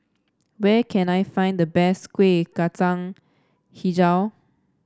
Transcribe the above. where can I find the best Kueh Kacang hijau